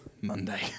Monday